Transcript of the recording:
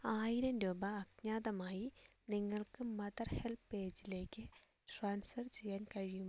ആയിരം രൂപ അജ്ഞാതമായി നിങ്ങൾക്ക് മദർ ഹെൽപേജിലേക്ക് ട്രാൻസ്ഫർ ചെയ്യാൻ കഴിയുമോ